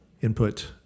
input